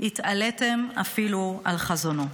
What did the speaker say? אפילו התעליתם על חזונו.